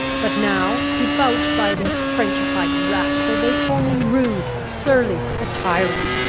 but now, debauched by this frenchified rascal, they call me rude, surly, a tyrant!